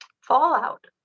fallout